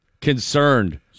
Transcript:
concerned